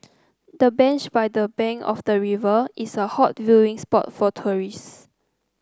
the bench by the bank of the river is a hot viewing spot for tourist